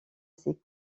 ses